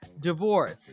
divorce